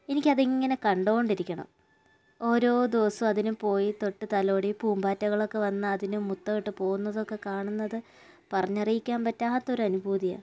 എനിക്കതിങ്ങനെ കണ്ടോണ്ടിരിക്കണം ഓരോ ദിവസവും അതിനെ പോയി തൊട്ട് തലോടി പൂമ്പാറ്റകളൊക്കെ വന്ന് അതിനെ മുത്തമിട്ട് പോകുന്നതൊക്കെ കാണുന്നത് പറഞ്ഞറിയിക്കാൻ പറ്റാത്തൊരു അനുഭൂതിയാണ്